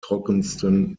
trockensten